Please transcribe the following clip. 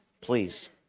please